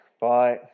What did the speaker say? Bye